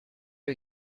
you